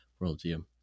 worldview